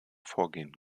vorgehen